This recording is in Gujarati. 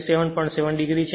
7 છે